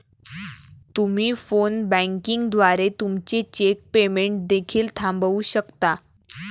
तुम्ही phone banking द्वारे तुमचे चेक पेमेंट देखील थांबवू शकता